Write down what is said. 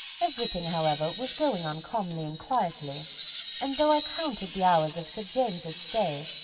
everything, however, was going on calmly and quietly and, though i counted the hours of sir james's stay,